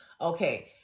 Okay